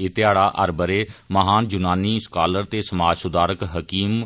एह ध्याड़ा हर बरे महान युनानी सकालर ते समाज सुधारक हकीम